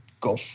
go